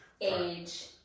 Age